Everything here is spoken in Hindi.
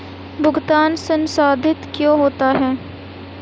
भुगतान संसाधित क्या होता है?